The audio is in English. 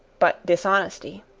but dishonesty.